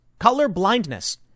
colorblindness